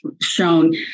shown